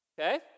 Okay